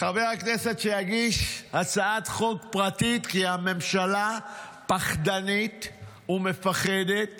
שיגיש הצעת חוק פרטית, כי הממשלה פחדנית ומפחדת